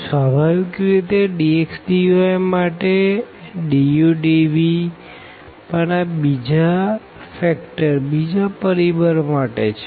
સ્વાભાવિક રીતે dx dy માટે du dvપણ આ બીજા પરિબળ માટે છે